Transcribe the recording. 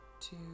two